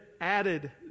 added